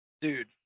Dude